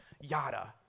yada